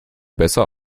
besser